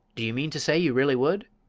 do you mean to say you really would?